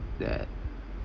that